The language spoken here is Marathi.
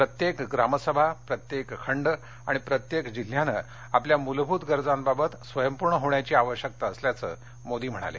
प्रत्येक ग्रामसभा प्रत्येक खंड आणि प्रत्येक जिल्ह्यानं आपल्या मूलभूत गरजांबाबत स्वयंपूर्ण होण्याची आवश्यकता असल्याचं मोदी म्हणाले